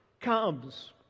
comes